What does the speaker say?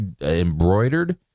embroidered